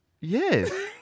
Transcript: Yes